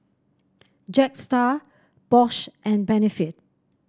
Jetstar Bosch and Benefit